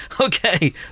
okay